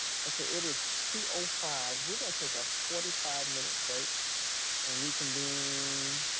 okay, it is two five. we're gonna take a forty five minute break and reconvene.